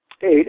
eight